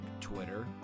Twitter